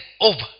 over